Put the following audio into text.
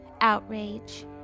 outrage